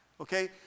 okay